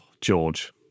George